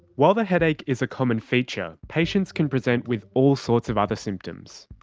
while the headache is a common feature, patients can present with all sorts of other symptoms.